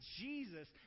Jesus